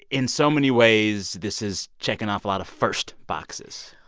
in so many ways, this is checking off a lot of first boxes